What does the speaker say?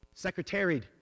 secretaried